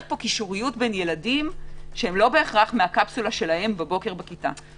פה קישוריות בין ילדים שהם לא בהכרח מהקפסולה שלהם בבוקר בכיתה.